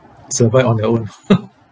survive on their own